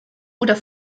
oder